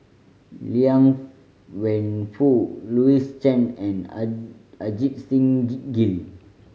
Liang Wenfu Louis Chen and Ajit Singh Gill